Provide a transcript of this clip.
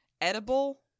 edible